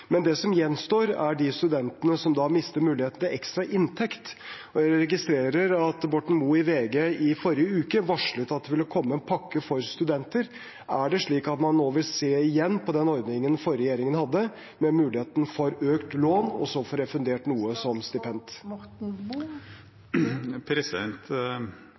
Men det som gjenstår, er de studentene som mister muligheten til ekstra inntekt, og jeg registrerer at Borten Moe i VG i forrige uke varslet at det ville komme en pakke for studenter. Er det slik at man nå igjen vil se på den ordningen den forrige regjeringen hadde, med muligheten for økt lån og så få refundert noe av det som